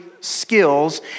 skills